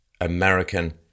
American